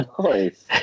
Nice